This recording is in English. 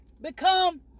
become